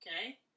okay